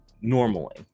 normally